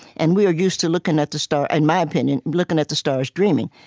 and we are used to looking at the stars in my opinion looking at the stars, dreaming.